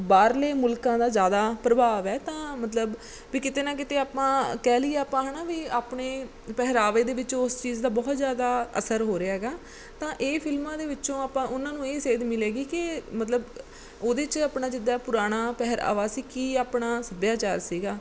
ਬਾਹਰਲੇ ਮੁਲਕਾਂ ਦਾ ਜ਼ਿਆਦਾ ਪ੍ਰਭਾਵ ਹੈ ਤਾਂ ਮਤਲਬ ਵੀ ਕਿਤੇ ਨਾ ਕਿਤੇ ਆਪਾਂ ਕਹਿ ਲਈਏ ਆਪਾਂ ਹੈ ਨਾ ਵੀ ਆਪਣੇ ਪਹਿਰਾਵੇ ਦੇ ਵਿੱਚ ਉਸ ਚੀਜ਼ ਦਾ ਬਹੁਤ ਜ਼ਿਆਦਾ ਅਸਰ ਹੋ ਰਿਹਾ ਹੈਗਾ ਤਾਂ ਇਹ ਫਿਲਮਾਂ ਦੇ ਵਿੱਚੋਂ ਆਪਾਂ ਉਹਨਾਂ ਨੂੰ ਇਹ ਸੇਧ ਮਿਲੇਗੀ ਕਿ ਮਤਲਬ ਅ ਉਹਦੇ 'ਚ ਆਪਣਾ ਜਿੱਦਾਂ ਪੁਰਾਣਾ ਪਹਿਰਾਵਾ ਸੀ ਕੀ ਆਪਣਾ ਸੱਭਿਆਚਾਰ ਸੀਗਾ